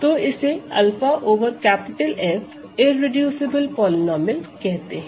तो इसे 𝛂 over F irreducible polynomial कहते हैं